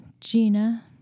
Gina